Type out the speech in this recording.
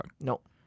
Nope